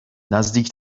نزدیک